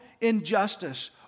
injustice